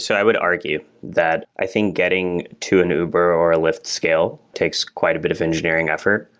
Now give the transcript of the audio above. so i would argue that i think getting to an uber or lyft scale takes quite a bit of engineering effort.